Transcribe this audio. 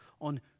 on